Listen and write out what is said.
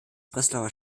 breslauer